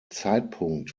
zeitpunkt